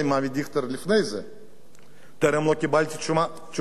טרם קיבלתי תשובה למה הוא עשה את זה.